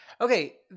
okay